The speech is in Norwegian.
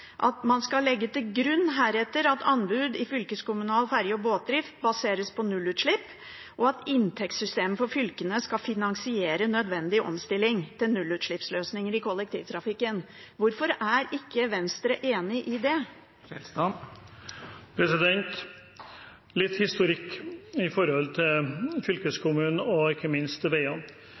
at man heretter skal legge til grunn at anbud i fylkeskommunal ferje- og båtdrift baseres på nullutslipp, og at inntektssystemet for fylkene skal finansiere nødvendig omstilling til nullutslippsløsninger i kollektivtrafikken. Hvorfor er ikke Venstre enig i det? Litt historikk om fylkeskommunen og ikke minst veiene: Da de rød-grønne styrte – og vi må tilbake til